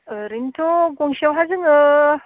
ओरैनोथ' गंसेयावहा जोङो